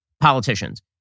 politicians